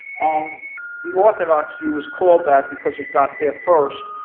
um the orthodox view was called that because it got there first,